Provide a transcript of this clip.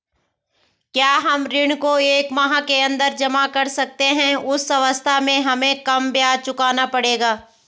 क्या हम ऋण को एक माह के अन्दर जमा कर सकते हैं उस अवस्था में हमें कम ब्याज चुकाना पड़ेगा?